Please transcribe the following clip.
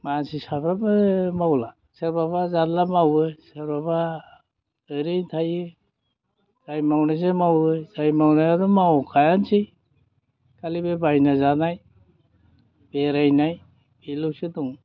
मानसि साफाबो मावला सोरबाबा जारला मावो सोरबाबा ओरैनो थायो आरो मावनायजों मावो जाय मावनायाथ' मावखायानोसै खालि बे बायना जानाय बेरायनाय बेल'सो दं